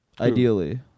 Ideally